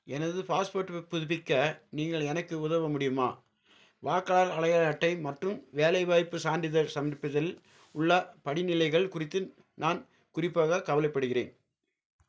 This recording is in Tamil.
எனது பாஸ்போர்ட்டு புதுப்பிக்க நீங்கள் எனக்கு உதவ முடியுமா வாக்காளர் அடையாள அட்டை மற்றும் வேலைவாய்ப்புச் சான்றிதழ் சமர்ப்பித்தல் உள்ள படிநிலைகள் குறித்து நான் குறிப்பாக கவலைப்படுகிறேன்